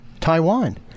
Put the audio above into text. Taiwan